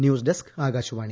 news desk Akashvani